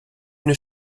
une